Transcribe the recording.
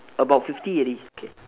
about fifty already okay